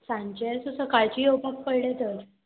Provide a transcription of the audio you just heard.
सांचे सो सकाळचें येवपाक पडलें तर